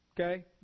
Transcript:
Okay